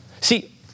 See